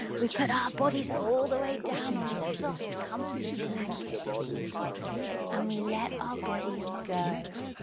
we put our bodies all the way down on the soft comfy blankets and we let our bodies go.